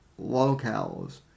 locales